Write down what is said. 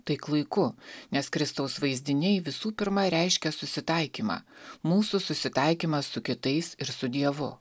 tai klaiku nes kristaus vaizdiniai visų pirma reiškia susitaikymą mūsų susitaikymą su kitais ir su dievu